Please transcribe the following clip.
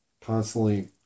constantly